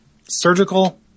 Surgical